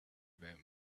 about